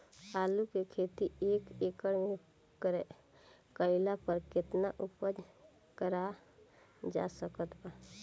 आलू के खेती एक एकड़ मे कैला पर केतना उपज कराल जा सकत बा?